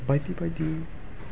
बायदि बायदि